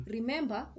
Remember